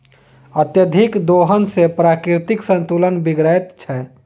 अत्यधिक दोहन सॅ प्राकृतिक संतुलन बिगड़ैत छै